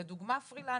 לדוגמה,